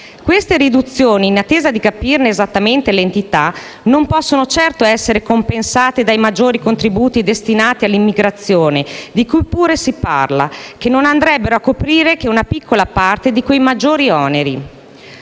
Queste riduzioni, in attesa di capirne esattamente l'entità, non possono certo essere compensate dai maggiori contributi destinati all'immigrazione, di cui pure si parla, che non andrebbero a coprire che una piccola parte di quei maggiori oneri.